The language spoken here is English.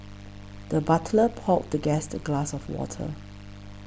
the butler poured the guest a glass of water